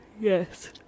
Yes